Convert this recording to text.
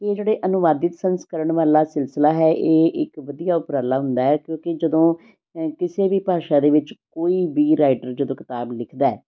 ਇਹ ਜਿਹੜੇ ਅਨੁਵਾਦਿਤ ਸੰਸਕਰਨ ਵਾਲਾ ਸਿਲਸਿਲਾ ਹੈ ਇਹ ਇੱਕ ਵਧੀਆ ਉਪਰਾਲਾ ਹੁੰਦਾ ਹੈ ਕਿਉਂਕਿ ਜਦੋਂ ਅ ਕਿਸੇ ਵੀ ਭਾਸ਼ਾ ਦੇ ਵਿੱਚ ਕੋਈ ਵੀ ਰਾਈਟਰ ਜਦੋਂ ਕਿਤਾਬ ਲਿਖਦਾ ਹੈ